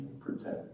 protect